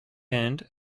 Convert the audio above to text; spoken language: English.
end